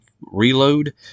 reload